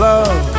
Love